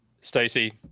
Stacey